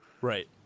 Right